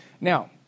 Now